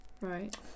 Right